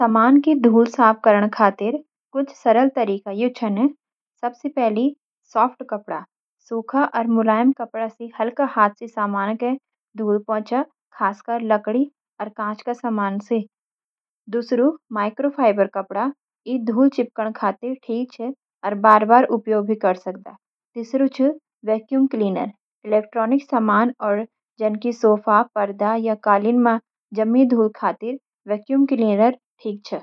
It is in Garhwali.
सामान की धूल साफ़ करण खातिर कुछ सरल तरीका यू छन: 1- सॉफ्ट कपड़ा – सूखे अर मुलायम कपड़े से हल्के हाथ से सामान की धूल पोछो। खासकर लकड़ी अर कांच के सामान सी। 2-माइक्रोफाइबर कपड़ा – ई धूल चिपकण खातिर ठिक छै, अर बार-बार उपयोग भी कर सकदा। 3-वैक्यूम क्लीनर – इलेक्ट्रॉनिक सामान अर जैंकि सोफा, परदे या कालीन में जमा धूल खातिर वैक्यूम क्लीनर ठिकर छन।